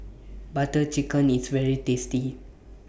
Butter Chicken IS very tasty